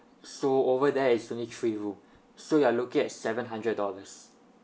so over there is only three room so you are looking at seven hundred dollars